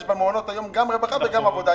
במעונות היום יש גם רווחה וגם עבודה.